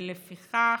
לפיכך,